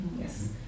Yes